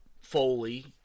Foley